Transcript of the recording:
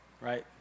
right